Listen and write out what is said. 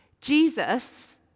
Jesus